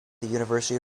university